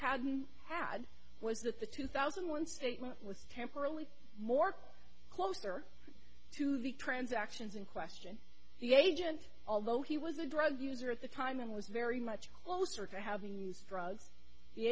hadn't had was that the two thousand and one statement was temporarily more closer to the transactions in question the agent although he was a drug user at the time and was very much closer to having used drugs the